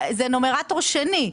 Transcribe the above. זה נומרטור שני,